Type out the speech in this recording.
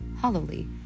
hollowly